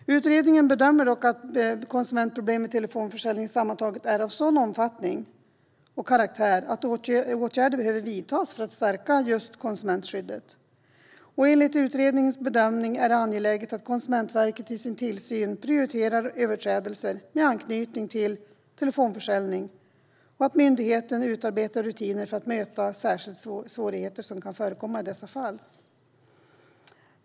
Utredningen bedömer dock att konsumentproblem med telefonförsäljning sammantaget är av sådan omfattning och karaktär att åtgärder behöver vidtas, just för att stärka konsumentskyddet. Enligt utredningens bedömning är det angeläget att Konsumentverket vid sin tillsyn prioriterar överträdelser med anknytning till telefonförsäljning och att myndigheten utarbetar rutiner för att möta särskilda svårigheter som kan förekomma i dessa fall.